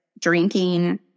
drinking